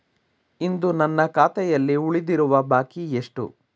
ಇಂದು ನನ್ನ ಖಾತೆಯಲ್ಲಿ ಉಳಿದಿರುವ ಬಾಕಿ ಎಷ್ಟು?